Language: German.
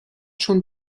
schon